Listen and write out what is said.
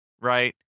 right